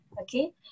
Okay